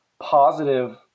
positive